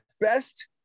best